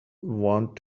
want